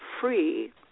free